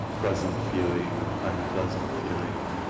pleasant feeling or unpleasant feeling.